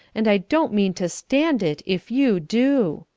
and i don't mean to stand it, if you do.